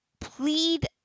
plead